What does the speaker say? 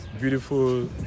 beautiful